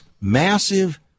massive